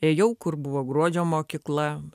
ėjau kur buvo gruodžio mokykla